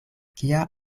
kia